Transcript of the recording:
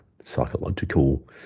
psychological